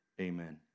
Amen